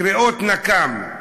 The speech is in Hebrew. קריאות נקם.